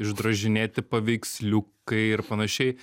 išdrožinėti paveiksliukai ir panašiai